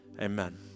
Amen